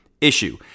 issue